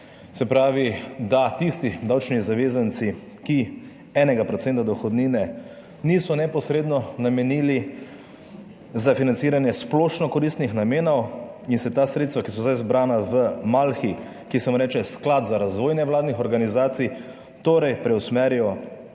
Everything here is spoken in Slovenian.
se pravi, da tisti davčni zavezanci, ki 1 % dohodnine niso neposredno namenili za financiranje splošno koristnih namenov in se ta sredstva, ki so zdaj zbrana v malhi, ki se mu reče Sklad za razvoj nevladnih organizacij, torej preusmerijo